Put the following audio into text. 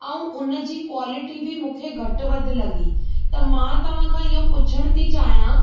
ऐं उन जी क्वालिटी बि मूंखे घटि वधु लॻी त मां तव्हांखां इहो पुछण थी चाहियां